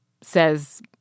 says